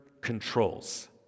controls